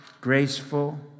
graceful